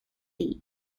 these